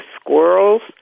squirrels